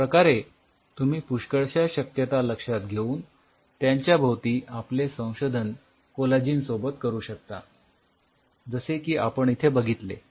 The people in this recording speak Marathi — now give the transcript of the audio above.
अश्या प्रकारे तुम्ही पुष्कळशा शक्यता लक्षात घेऊन त्यांच्याभोवती आपले संशोधन कोलॅजिन सोबत करू शकता जसे की आपण इथे बघितले